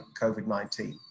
COVID-19